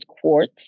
quartz